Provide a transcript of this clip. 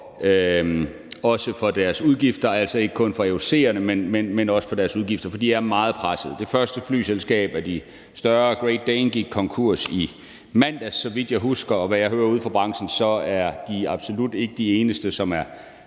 også for deres udgifter, altså ikke kun for AUC'erne, men også for deres udgifter. For de er meget pressede. Det første flyselskab af de større, Great Dane, gik konkurs i mandags, så vidt jeg husker, og efter hvad jeg hører ude fra branchen, så er de absolut ikke de eneste, som er